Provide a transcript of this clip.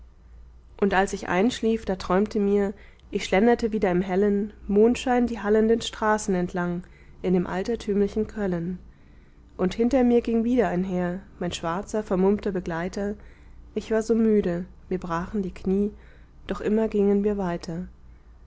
und als ich einschlief da träumte mir ich schlenderte wieder im hellen mondschein die hallenden straßen entlang in dem altertümlichen köllen und hinter mir ging wieder einher mein schwarzer vermummter begleiter ich war so müde mir brachen die knie doch immer gingen wir weiter